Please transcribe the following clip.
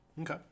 Okay